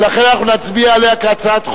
ולכן אנחנו נצביע עליו כהצעת חוק,